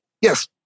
yes